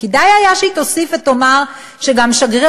וכדאי היה שהיא תוסיף ותאמר שגם שגריר